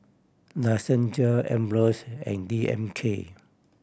La Senza Ambros and D M K